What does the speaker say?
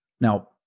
Now